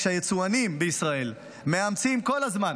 כשהיצואנים בישראל מאמצים כל הזמן